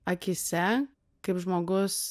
akyse kaip žmogus